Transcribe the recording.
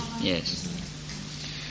Yes